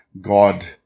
God